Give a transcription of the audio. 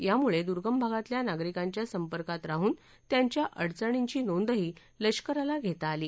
यामुळे दुर्गम भागातल्या नागरिकांच्या संपर्कात राहून त्यांच्या अडचणींची नोंदही लष्कराला घेता आली